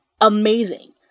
amazing